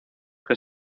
que